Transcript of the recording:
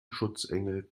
schutzengel